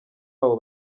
abo